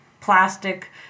plastic